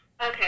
okay